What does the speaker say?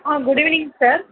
ah good evening sir